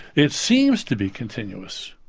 it seems to be continuous.